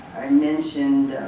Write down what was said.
i mentioned